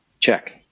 check